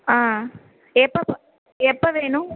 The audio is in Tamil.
ஆ எப்போ ப எப்போ வேணும்